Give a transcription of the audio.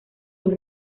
los